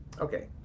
Okay